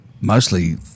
mostly